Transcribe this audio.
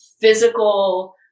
physical